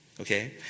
Okay